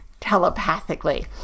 telepathically